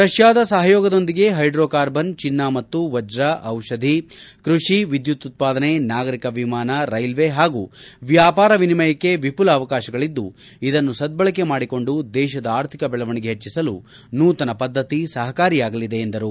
ರಷ್ಯಾದ ಸಹಯೋಗದೊಂದಿಗೆ hydrocarbon ಚಿನ್ನ ಮತ್ತು ವಜ್ರ ಔಷಧಿ ಕೃಷಿ ವಿದ್ಯುತ್ ಉತ್ಪಾದನೆ ನಾಗರಿಕ ವಿಮಾನ ರೈಲ್ವೆ ಹಾಗೂ ವ್ಯಾಪಾರ ವಿನಿಮಯಕ್ಕೆ ವಿಪುಲ ಅವಕಾಶಗಳಿದ್ದು ಇದನ್ನು ಸದ್ಬಳಕೆ ಮಾಡಿಕೊಂಡು ದೇಶದ ಆರ್ಥಿಕ ಬೆಳವಣಿಗೆ ಹೆಚ್ಚಿಸಲು ನೂತನ ಪದ್ಧತಿ ಸಹಕಾರಿಯಾಗಲಿದೆ ಎಂದರು